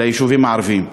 ליישובים הערביים?